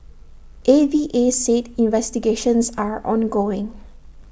A V A said investigations are ongoing